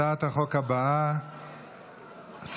הצעת חוק הבנקאות (שירות ללקוח) (תיקון מס'